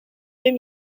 deux